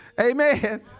Amen